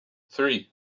three